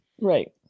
Right